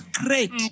great